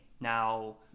now